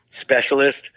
specialist